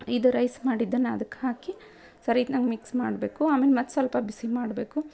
ಇದು ರೈಸ್ ಮಾಡಿದ್ದನ್ನು ಅದಕ್ಕೆ ಹಾಕಿ ಸರಿ ಇದಾಗಿ ಮಿಕ್ಸ್ ಮಾಡಬೇಕು ಆಮೇಲೆ ಮತ್ತು ಸ್ವಲ್ಪ ಬಿಸಿ ಮಾಡಬೇಕು